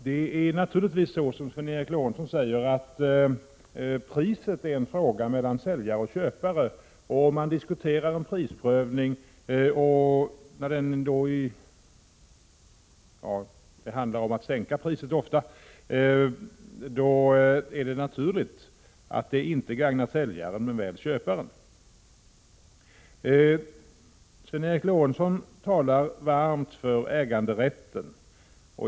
Fru talman! Det är naturligtvis så som Sven Eric Lorentzon säger, att priset är en fråga mellan säljare och köpare. Om man diskuterar en prisprövning — det handlar då ofta om att sänka priset — är det naturligt att denna inte gagnar säljaren, men väl köparen. Sven Eric Lorentzon talar varmt för äganderätten.